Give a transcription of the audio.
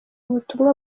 ubutumwa